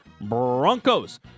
Broncos